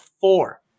four